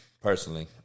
Personally